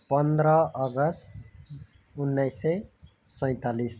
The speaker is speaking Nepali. पन्ध्र अगस्त उन्नाइस सय सैतालिस